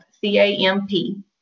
C-A-M-P